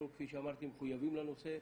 אנחנו כפי שאמרתי מחויבים לנושא,